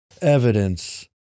evidence